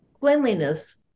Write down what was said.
Cleanliness